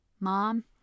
Mom